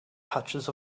patches